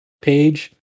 page